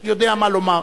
הוא יודע מה לומר.